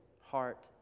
heart